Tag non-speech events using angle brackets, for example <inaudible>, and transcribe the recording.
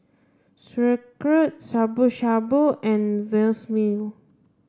Sauerkraut Shabu Shabu and <unintelligible>